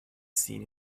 seen